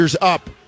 up